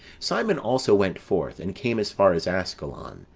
simon also went forth, and came as far as ascalon,